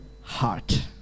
heart